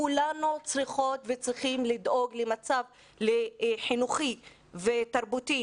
כולנו צריכות וצריכים לדאוג למצב חינוכי ותרבותי